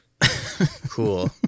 Cool